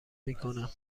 میکنم